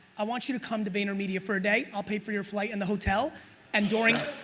i want you to come to vaynermedia for a day. i'll pay for your flight and the hotel and during